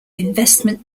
investment